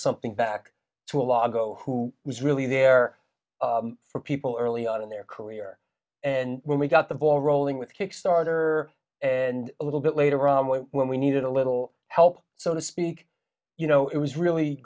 something back to a lot go who was really there for people early on in their career and when we got the ball rolling with kickstarter and a little bit later on when we needed a little help so to speak you know it was really